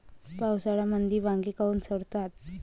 पावसाळ्यामंदी वांगे काऊन सडतात?